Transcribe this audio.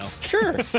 Sure